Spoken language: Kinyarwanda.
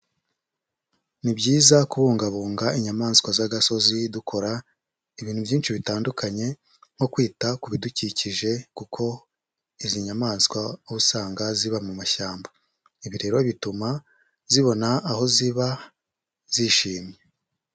Ni byiza kubungabunga inyamaswa z'agasozi dukora, ibintu byinshi bitandukanye, nko kwita ku bidukikije, kuko izi nyamaswa uba usanga ziba mu mashyamba. Ibi rero bituma zibona aho ziba, zishimye.